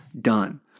done